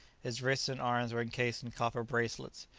his wrists and arms were encased in copper bracelets,